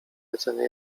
jedzenia